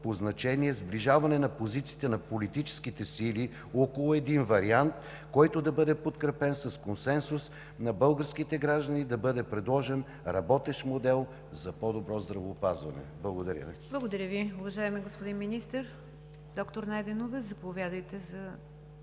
по значение сближаване на позициите на политическите сили около един вариант, който да бъде подкрепен с консенсус на българските граждани, да бъде предложен работещ модел за по-добро здравеопазване. Благодаря Ви. ПРЕДСЕДАТЕЛ НИГЯР ДЖАФЕР: Благодаря Ви, уважаеми господин Министър. Доктор Найденова, заповядайте за